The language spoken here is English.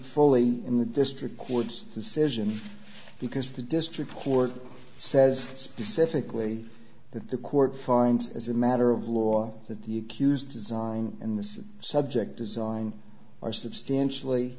fully in the district court's decision because the district court says specifically that the court finds as a matter of law that you cues design in this subject design or substantially